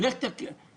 לכי לקחת את הילד.